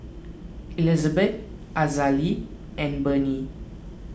Elizabeth Azalee and Barnie